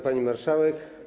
Pani Marszałek!